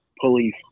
police